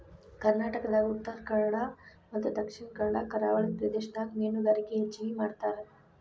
ಕರ್ನಾಟಕದಾಗ ಉತ್ತರಕನ್ನಡ ಮತ್ತ ದಕ್ಷಿಣ ಕನ್ನಡ ಕರಾವಳಿ ಪ್ರದೇಶದಾಗ ಮೇನುಗಾರಿಕೆ ಹೆಚಗಿ ಮಾಡ್ತಾರ